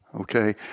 Okay